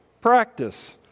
practice